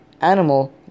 animal